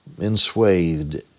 enswathed